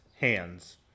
hands